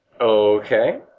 Okay